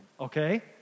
okay